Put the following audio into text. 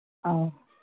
ꯑꯧ